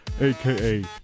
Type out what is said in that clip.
aka